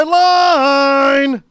line